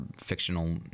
fictional